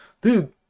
Dude